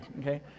okay